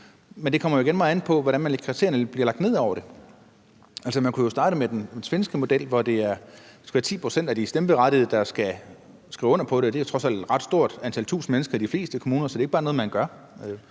Men det kommer igen meget an på, hvordan kriterierne bliver lagt ned over det. Altså, man kunne jo starte med den svenske model, hvor det skal være 10 pct. af de stemmeberettigede, der skal skrive under på det, og det er trods alt et ret stort antal mennesker, tusinder, i de fleste kommuner. Så det er ikke bare noget, man gør.